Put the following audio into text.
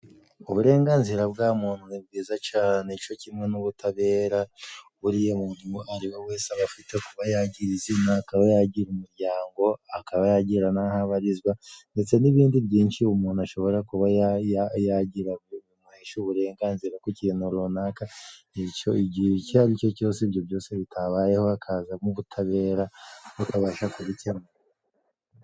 Uburenganzira bwa muntu ni bwiza cane co kimwe n'ubutabera, buriya umuntu uwo ari we wese aba afite kuba yagira izina akaba yagira umuryango akaba yagira n'aho abarizwa, ndetse n'ibindi byinshi umuntu ashobora kuba yagira bimuhesha uburenganzira ku kintu runaka. Igihe icyo ari cyo cyose ibyo byose bitabayeho hakazamo ubutabera bukabasha kubikemura.